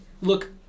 look